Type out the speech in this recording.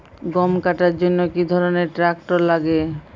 গম কাটার জন্য কি ধরনের ট্রাক্টার লাগে?